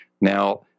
Now